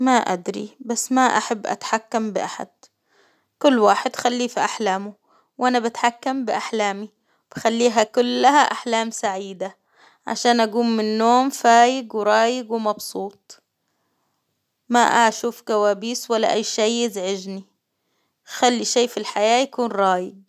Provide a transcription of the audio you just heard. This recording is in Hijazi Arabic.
ما أدري بس ما أحب أتحكم بأحد، كل واحد خليه في أحلامه، وأنا بتحكم بأحلامي، بخليها كلها أحلام سعيدة، عشان أجوم من النوم فايج ورايج ومبسوط.، ما أشوف كوابيس ولا أي شيء يزعجني، خلي شي في الحياة يكون رايج.